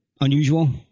Unusual